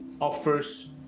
offers